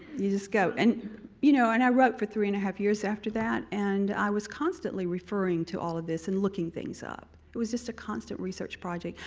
you just go, and you know, and i wrote for three and a half years after that and i was constantly referring to all of this and looking things up. it was just a constant research project.